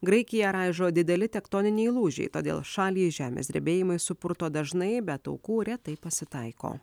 graikiją raižo dideli tektoniniai lūžiai todėl šalį žemės drebėjimai supurto dažnai bet aukų retai pasitaiko